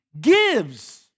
gives